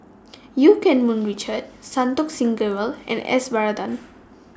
EU Keng Mun Richard Santokh Singh Grewal and S Varathan